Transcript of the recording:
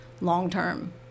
long-term